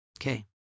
Okay